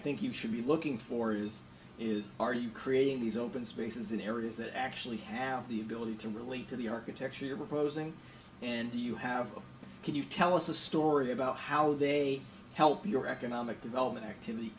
think you should be looking for is is are you creating these open spaces in areas that actually have the ability to relate to the architecture you're proposing and do you have can you tell us a story about how they help your economic development activity